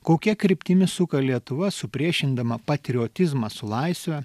kokia kryptimi suka lietuva supriešindama patriotizmą su laisve